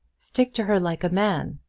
stick to her like a man,